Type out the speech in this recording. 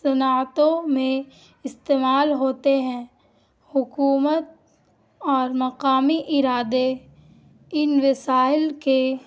صنعتوں میں استعمال ہوتے ہیں حکومت اور مقامی ارادے ان وسائل کے